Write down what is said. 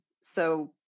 So-